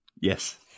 Yes